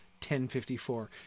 1054